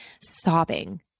sobbing